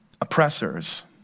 oppressors